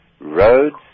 roads